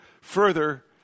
further